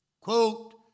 quote